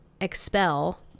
expel